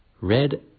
Red